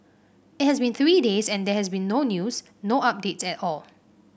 it has been three days and there has been no news no updates at all